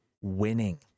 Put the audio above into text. winning